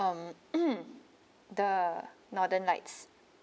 um mm the northern light